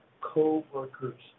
co-workers